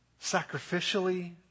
sacrificially